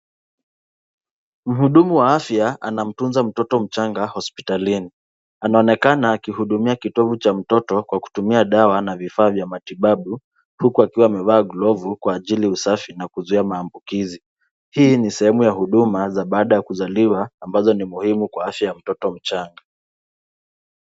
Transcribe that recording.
Mhudumu wa afya anamtunza mtoto mchanga hospitalini. Anaonekana akihudumia kitovu cha mtoto kwa kutumia dawa na vifaa vya matibabu huku akiwa amevaa glovu kwa ajili ya usafi na kuzuia maambukizi. Hii ni sehemu ya huduma za baada ya kuzaliwa ambazo ni muhimu kwa afya ya mtoto mchanga.